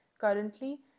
Currently